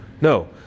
No